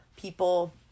people